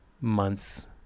months